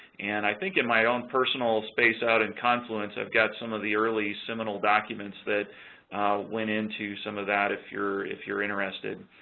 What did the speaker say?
and i think in my own personal space out in confluence i've got some of the early seminal documents that went in to some of that if you're if you're interested.